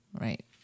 right